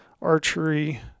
archery